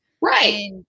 right